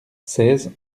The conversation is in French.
seize